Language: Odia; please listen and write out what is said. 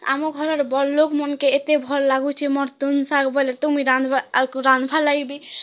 ଆମ ଘରର ବଡ଼୍ ଲୋକମନ୍କେ ଏତେ ଭଲ ଲାଗୁଛି ମୋର ତୁନ୍ ଶାଗ୍ ବୋଲେ ତୁମି ରାନ୍ଧବ ଆଉ ରାନ୍ଧବାର୍ ଲାଗି ବି